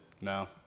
No